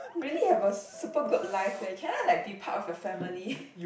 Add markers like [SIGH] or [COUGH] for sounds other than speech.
really have a super good life eh can I like be part of your family [LAUGHS]